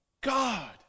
God